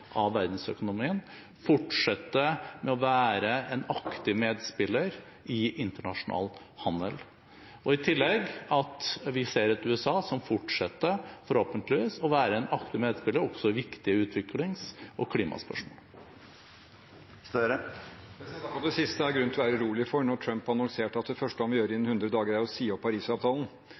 av verdensøkonomien, fortsetter å være en aktiv medspiller i internasjonal handel, og at vi i tillegg ser et USA som fortsetter, forhåpentligvis, å være en aktiv medspiller også i viktige utviklings- og klimaspørsmål. Akkurat det siste er det grunn til å være urolig for når Trump har annonsert at det første han vil gjøre innen hundre dager, er å si opp